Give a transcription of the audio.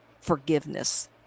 forgiveness